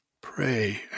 Pray